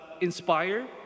inspire